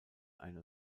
eine